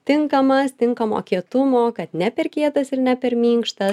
tinkamas tinkamo kietumo kad ne per kietas ir ne per minkštas